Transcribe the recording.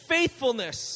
Faithfulness